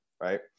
right